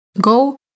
Go